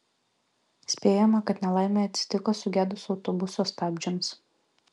spėjama kad nelaimė atsitiko sugedus autobuso stabdžiams